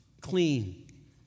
clean